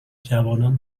جوانان